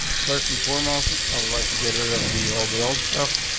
first and foremost, i would like to get her of the old the old stuff.